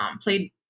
played